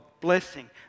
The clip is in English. blessing